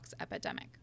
epidemic